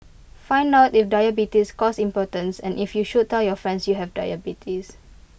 find out if diabetes causes impotence and if you should tell your friends you have diabetes